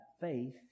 faith